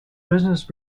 business